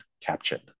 captured